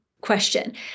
question